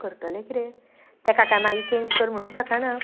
आतां करतलें कितें तेका कांय मागीर चॅंज कर म्हणूं शकना